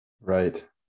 Right